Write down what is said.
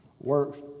works